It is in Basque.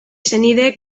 senideek